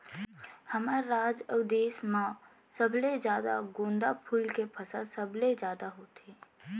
हमर राज अउ देस म सबले जादा गोंदा फूल के फसल सबले जादा होथे